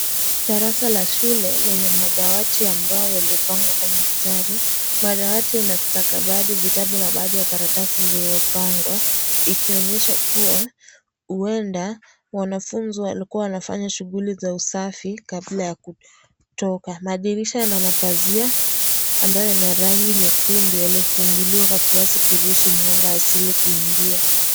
Darasa la shule, lenye madawati ambayo yaliopangwa kwa mustari, madawati yana stakabadhi vitabu na baadhi ya karatasi zilizo pangwa, ikionyesha kuwa, huenda, wanafunzi walikua wanafanya shuguli za usafi, kabla ya ku, toka, madirisha na mapazia, ambayo ni ya rangi nyekundu yalio funguliwa kwa kiasi kuruhusu mwanga asili kuingia.